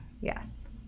Yes